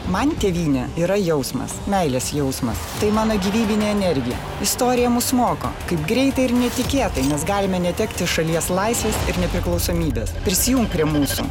man tėvynė yra jausmas meilės jausmas tai mano gyvybinė energija istorija mus moko kaip greitai ir netikėtai mes galime netekti šalies laisvės ir nepriklausomybės prisijunk prie mūsų